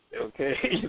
okay